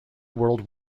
world